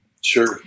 Sure